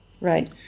Right